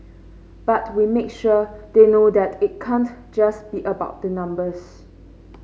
but we make sure they know that it can't just be about the numbers